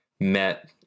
met